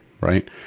right